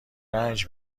رنج